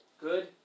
Good